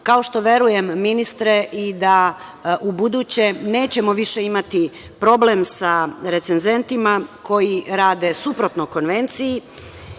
kao što verujem ministre da u buduće nećemo više imati problem sa recenzentima koji rade suprotno konvenciji